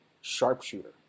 sharpshooter